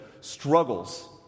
struggles